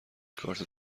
کارت